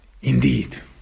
Indeed